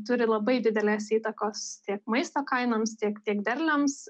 turi labai didelės įtakos tiek maisto kainoms tiek tiek derliams